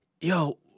yo